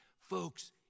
folks